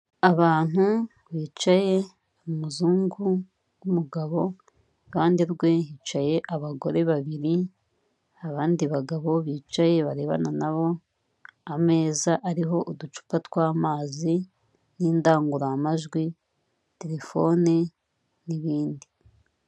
Abantu bicaye umuzungu w'umugabo iruhande rwe hicaye abagore babiri, abandi bagabo bicaye barebana nabo ameza ariho uducupa tw'amazi n'indangururamajwi, telefone n'ibindi.